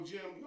Jim